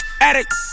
Addict